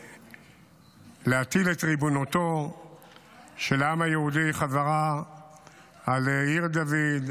ולהטיל את ריבונותו של העם היהודי בחזרה על עיר דוד,